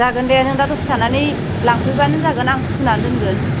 जागोन दे नों दा दसे थानानै लांफैबानो जागोन आं सुनानै दोनगोन